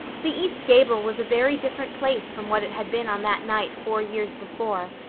the east gable was a very different place from what it had been on that night four years before,